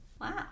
wow